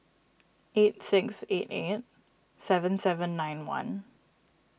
eight six eight eight seven seven nine one